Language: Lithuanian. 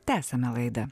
tęsiame laidą